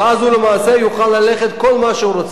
הוא למעשה יוכל לעשות כל מה שהוא רוצה.